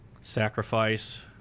sacrifice